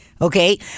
Okay